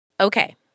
Okay